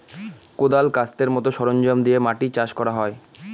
কোঁদাল, কাস্তের মতো সরঞ্জাম দিয়ে মাটি চাষ করা হয়